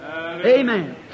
Amen